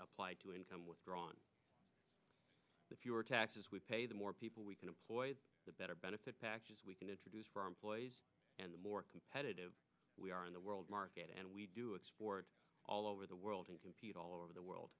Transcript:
applied to income withdrawn the fewer taxes we pay the more people we can employ the better benefit packages we can introduce for our employees and the more competitive we are in the world market and we do explored all over the world and compete all over the world